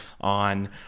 on